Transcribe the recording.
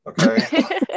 Okay